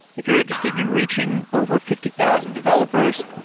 if you're interested in in reaching over fifty thousand developers,